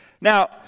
Now